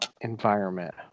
environment